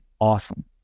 awesome